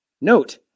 Note